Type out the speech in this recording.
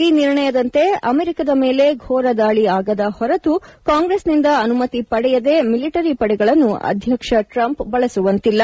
ಈ ನಿರ್ಣಯದಂತೆ ಅಮೆರಿಕದ ಮೇಲೆ ಘೋರ ದಾಳಿ ಆಗದ ಹೊರತು ಕಾಂಗ್ರೆಸ್ನಿಂದ ಅನುಮತಿ ಪಡೆಯದೆ ಮಿಲಿಟರಿ ಪಡೆಗಳನ್ನು ಅಧ್ಯಕ್ಷ ಟ್ರಂಪ್ ಬಳಸುವಂತಿಲ್ಲ